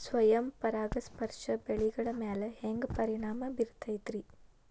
ಸ್ವಯಂ ಪರಾಗಸ್ಪರ್ಶ ಬೆಳೆಗಳ ಮ್ಯಾಲ ಹ್ಯಾಂಗ ಪರಿಣಾಮ ಬಿರ್ತೈತ್ರಿ?